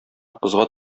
кызга